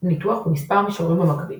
ניתוח במספר מישורים במקביל